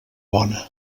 bona